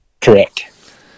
Correct